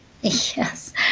Yes